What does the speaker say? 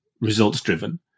results-driven